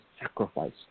sacrifice